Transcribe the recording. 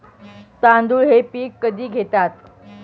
तांदूळ हे पीक कधी घेतात?